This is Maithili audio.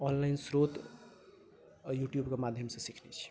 ऑनलाइन स्रोत आओर यूट्यूब के माध्यमसँ सीखने छी